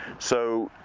so,